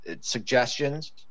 suggestions